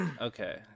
Okay